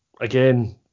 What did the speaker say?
again